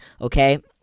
okay